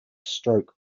stroke